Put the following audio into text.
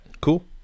Cool